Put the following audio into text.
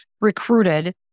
recruited